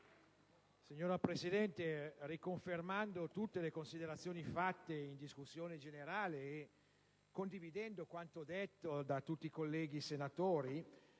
Signora Presidente, riconfermando tutte le considerazioni rese in sede di discussione generale, condividendo quanto detto da tutti i colleghi intervenuti,